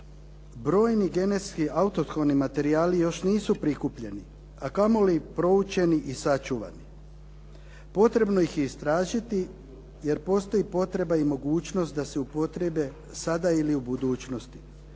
brojni genetski autohtoni materijali još nisu prikupljeni a kamo proučeni i sačuvani. Potrebno ih je istražiti jer postoji potreba i mogućnost da se upotrijebe sada ili u budućnosti